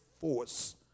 force